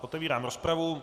Otevírám rozpravu.